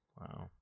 wow